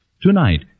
Tonight